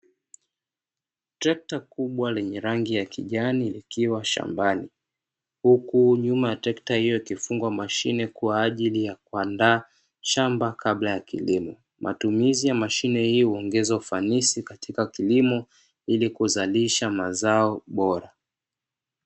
Trekta kubwa lenye rangi ya kijani likiwa shambani, huku nyuma ya trekta hiyo ikifungwa mashine kwa ajili ya kuandaa shamba kabla ya kilimo, matumizi ya mashine hii huongeza ufanisi katika kilimo ili kuzalisha mazao bora.